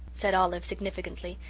said olive significantly.